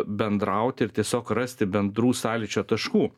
bendraut ir tiesiog rasti bendrų sąlyčio taškų